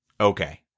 okay